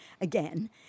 again